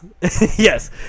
yes